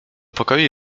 pokoju